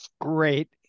Great